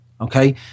okay